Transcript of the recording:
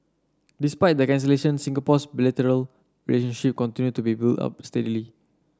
despite the cancellation Singapore's bilateral relationship continued to be built up steadily